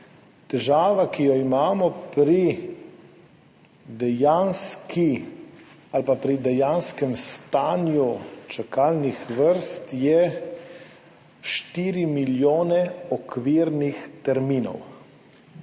Težava, ki jo imamo pri dejanskem stanju čakalnih vrst, je 4 milijone okvirnih terminov.